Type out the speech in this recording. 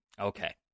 Okay